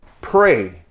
Pray